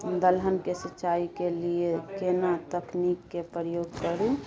दलहन के सिंचाई के लिए केना तकनीक के प्रयोग करू?